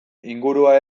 ingurua